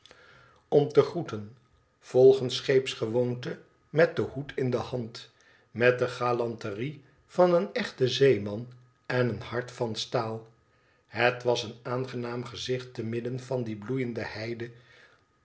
om te groeten volgens scheepsgewoonte met den hoed in de hand met de galanterie van een echten zeeman en een hart van staal het was een aangenaam gezicht te midden van die bloeiende heide